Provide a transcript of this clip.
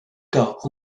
cas